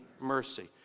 mercy